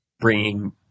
bringing